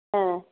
ए